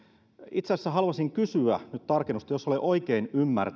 itse asiassa haluaisin kysyä nyt tarkennusta jos olen oikein ymmärtänyt